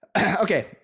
okay